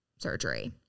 surgery